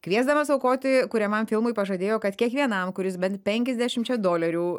kviesdamas aukoti kuriamam filmui pažadėjo kad kiekvienam kuris bent penkiasdešimčia dolerių